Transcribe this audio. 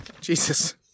Jesus